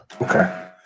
okay